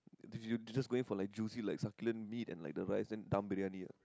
did you you just go in for like juicy like succulent meat and like the rice then Dam-Briyani [what]